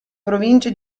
provincia